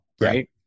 Right